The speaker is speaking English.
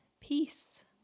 Peace